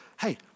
Hey